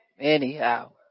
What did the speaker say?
Anyhow